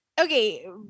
okay